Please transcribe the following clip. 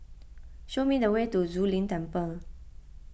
show me the way to Zu Lin Temple